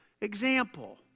Example